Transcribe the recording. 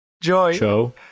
Joy